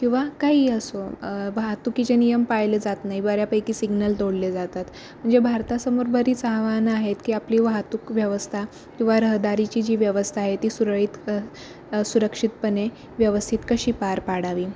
किंवा काहीही असो वाहतुकीचे नियम पाळले जात नाही बऱ्यापैकी सिग्नल तोडले जातात म्हणजे भारतासमोर बरीच आव्हानं आहेत की आपली वाहतूक व्यवस्था किंवा रहदारीची जी व्यवस्था आहे ती सुरळीत सुरक्षितपणे व्यवस्थित कशी पार पाडावी